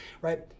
right